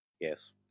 Yes